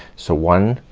so one,